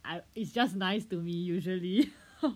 I it's just nice to me usually